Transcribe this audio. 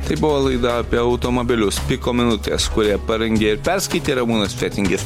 tai buvo laida apie automobilius piko minutės kurią parengė ir perskaitė ramūnas fetingis